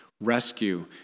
rescue